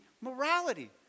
morality